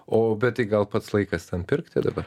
o bet tai gal pats laikas ten pirkti dabar